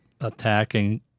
attacking